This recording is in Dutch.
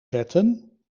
zetten